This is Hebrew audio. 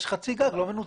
חצי גג לא מנוצל.